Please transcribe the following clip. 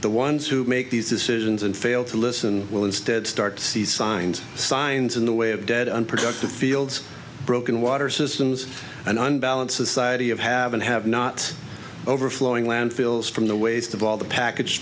the ones who make these decisions and fail to listen will instead start to see signs signs in the way of dead unproductive fields broken water systems and unbalanced society of have and have not overflowing landfills from the waste of all the packaged